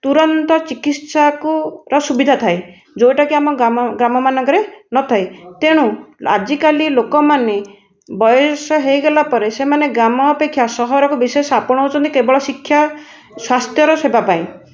ତୁରନ୍ତ ଚିକିତ୍ସାକୁ ର ସୁବିଧା ଥାଏ ଯେଉଁଟା କି ଆମ ଗ୍ରାମମାନଙ୍କରେ ନଥାଏ ତେଣୁ ଆଜି କାଲି ଲୋକମାନେ ବୟସ ହୋଇଗଲା ପରେ ସେମାନେ ଗ୍ରାମ ଅପେକ୍ଷା ସହରକୁ ବିଶେଷ ଆପଣାଉଛନ୍ତି କେବଳ ଶିକ୍ଷା ସ୍ୱାସ୍ଥ୍ୟର ସେବା ପାଇଁ